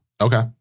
Okay